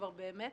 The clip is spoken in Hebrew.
שכבר באמת